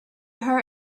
her